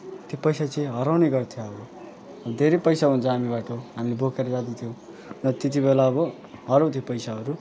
त्यो पैसा चाहिँ हराउने गर्थ्यो अब धेरै पैसा हुन्छ हामी भएको ठाउँ हामी बोकेर जान्थ्यौँ र त्यति बेला अब हराउँथ्यो पैसाहरू